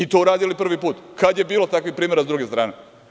Mi to uradili prvi put, a kada je bilo takvih primera sa druge strane?